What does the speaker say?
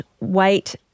wait